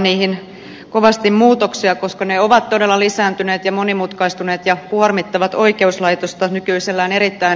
niihin toivotaan kovasti muutoksia koska ne ovat todella lisääntyneet ja monimutkaistuneet ja kuormittavat oikeuslaitosta nykyisellään erittäin raskaasti